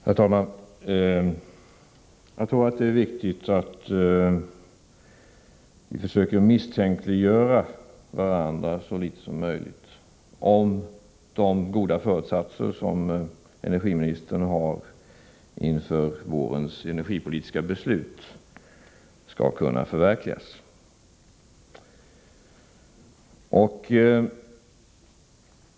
Herr talman! Jag tror det är viktigt att vi så litet som möjligt försöker misstänkliggöra varandra om de goda föresatser som energiministern har inför vårens energipolitiska beslut skall kunna förverkligas.